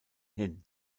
hin